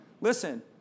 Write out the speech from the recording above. listen